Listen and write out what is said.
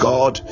God